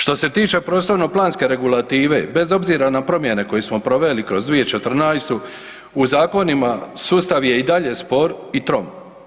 Što se tiče prostorno-planske regulative, bez obzira na promjene koje smo proveli kroz 2014., u zakonima sustav je i dalje spor i trom.